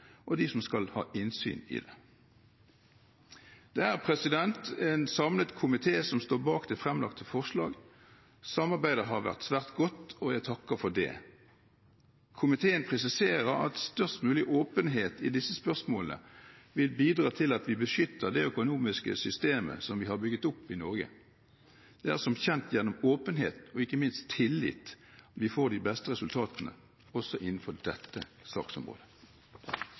og for dem som skal ha innsyn i det. Det er en samlet komité som står bak det fremlagte forslaget. Samarbeidet har vært svært godt, og jeg takker for det. Komiteen presiserer at størst mulig åpenhet i disse spørsmålene vil bidra til at vi beskytter det økonomiske systemet som vi har bygd opp i Norge. Det er som kjent gjennom åpenhet og ikke minst tillit vi får de beste resultatene, også innenfor dette saksområdet.